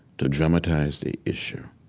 to dramatize the issue.